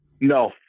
No